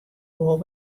wol